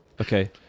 Okay